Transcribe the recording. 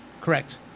Correct